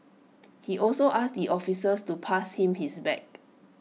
he also asked the officers to pass him his bag